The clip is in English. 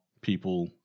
people